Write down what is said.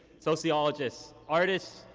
sociologists, artists,